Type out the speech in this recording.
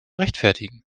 rechtfertigen